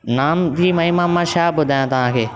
नाम जी महिमा मां छा ॿुधायां तव्हां खे